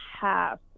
half